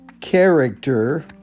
character